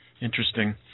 Interesting